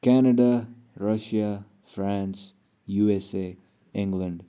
Canada Russia France USA England